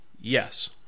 Yes